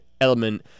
element